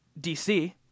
DC